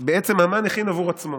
בעצם המן הכין עבור עצמו